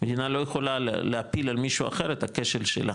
המדינה לא יכולה להפיל על מישהו אחר את הכשל שלה.